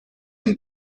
can